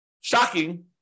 shocking